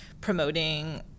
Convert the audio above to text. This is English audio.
promoting